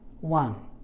one